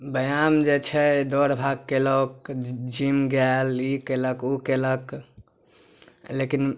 व्यायाम जे छै दौड़भाग केलक जिम गेल ई केलक ओ केलक लेकिन